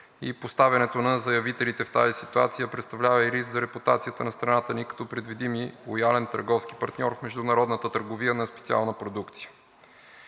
и поставянето на заявителите в тази ситуация представлява и риск за репутацията на страната ни като предвидим и лоялен търговски партньор в международната търговия на специална продукция.